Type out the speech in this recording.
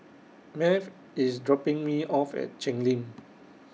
Math IS dropping Me off At Cheng Lim